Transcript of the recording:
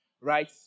right